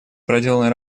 проделанной